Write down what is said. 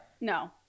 no